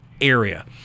area